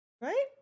Right